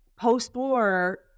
post-war